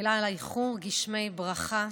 מחילה על האיחור, גשמי ברכה.